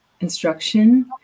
instruction